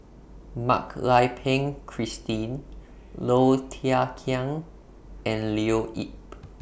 Mak Lai Peng Christine Low Thia Khiang and Leo Yip